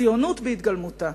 ציונות בהתגלמותה.